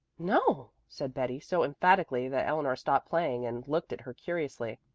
no, said betty so emphatically that eleanor stopped playing and looked at her curiously.